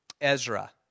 Ezra